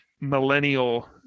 millennial